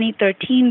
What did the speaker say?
2013